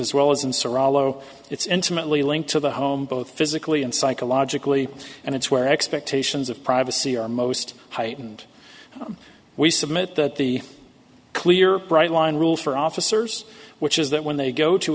as well as in serato it's intimately linked to the home both physically and psychologically and it's where expectations of privacy are most heightened we submit that the clear bright line rule for officers which is that when they go to